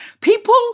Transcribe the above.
People